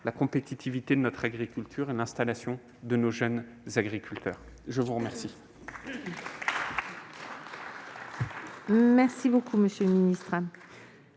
la compétitivité de notre agriculture et l'installation de nos jeunes agriculteurs. Nous passons